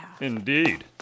Indeed